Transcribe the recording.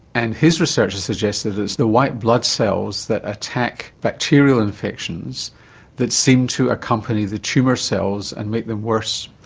and his research has suggested that it's the white blood cells that attack bacterial infections that seem to accompany the tumour cells and make them worse.